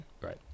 Right